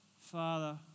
Father